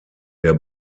der